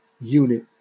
unit